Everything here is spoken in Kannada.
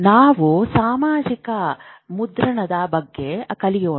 ನಾವು ಸಾಮಾಜಿಕ ಮುದ್ರಣದ ಬಗ್ಗೆ ಕಲಿಯೋಣ